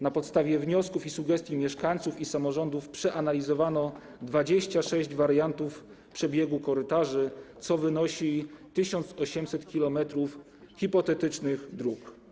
Na podstawie wniosków i sugestii mieszkańców i samorządów przeanalizowano 26 wariantów przebiegu korytarzy, co wynosi 1800 km hipotetycznych dróg.